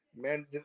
man